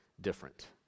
different